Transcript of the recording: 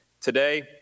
Today